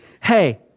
Hey